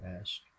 asked